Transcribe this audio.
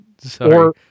Sorry